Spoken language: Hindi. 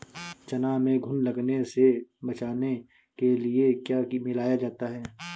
चना में घुन लगने से बचाने के लिए क्या मिलाया जाता है?